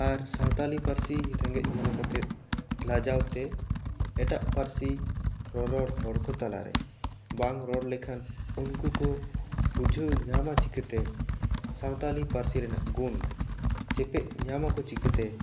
ᱟᱨ ᱥᱟᱱᱛᱟᱲᱤ ᱯᱟᱹᱨᱥᱤ ᱨᱮᱸᱜᱮᱡ ᱢᱮᱱ ᱠᱟᱛᱮ ᱞᱟᱡᱟᱣ ᱛᱮ ᱮᱴᱟᱜ ᱯᱟᱹᱨᱥᱤ ᱨᱚᱨᱚᱲ ᱦᱚᱲ ᱠᱚ ᱛᱟᱞᱟ ᱨᱮ ᱵᱟᱝ ᱨᱚᱲ ᱞᱮᱠᱷᱟᱱ ᱩᱱᱠᱩ ᱠᱚ ᱵᱩᱡᱷᱟᱹᱣ ᱧᱟᱢᱟ ᱪᱤᱠᱟᱹᱛᱮ ᱥᱟᱱᱛᱟᱲᱤ ᱯᱟᱹᱨᱥᱤ ᱨᱮᱱᱟᱜ ᱜᱩᱱ ᱪᱮᱯᱮᱫ ᱧᱟᱢ ᱟᱠᱚ ᱪᱤᱠᱟᱹᱛᱮ